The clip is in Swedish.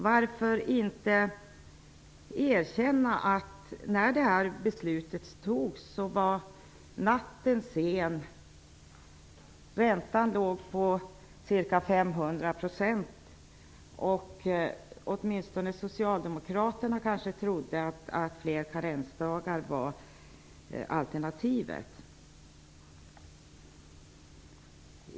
Varför inte erkänna att natten var sen när beslutet fattades, räntan låg på ca 500 % och åtminstone socialdemokraterna trodde att fler karensdagar var alternativet?